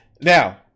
Now